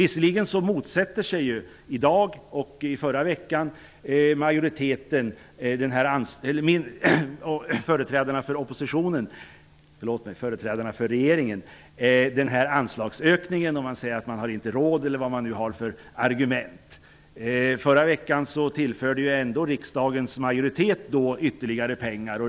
Visserligen motsatte sig företrädarna för regeringen i förra veckan denna anslagsökning. De säger att vi inte har råd, eller vilka nu argumenten är. Men förra veckan tillförde ju ändå riksdagens majoritet ytterligare pengar.